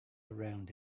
around